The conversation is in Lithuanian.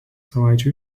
savaičių